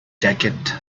jacket